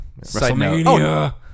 WrestleMania